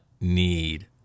need